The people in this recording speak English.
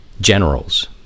generals